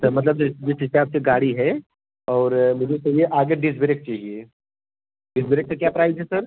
मतलब जि जिस हिसाब से गाड़ी है और मुझे चाहिए आगे डिस ब्रैक चाहिए डिस ब्रेक का क्या प्राइस है सर